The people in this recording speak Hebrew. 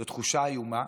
זו תחושה איומה,